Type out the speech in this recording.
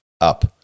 up